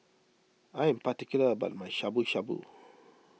I am particular about my Shabu Shabu